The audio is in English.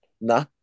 Nah